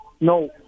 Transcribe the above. No